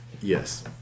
Yes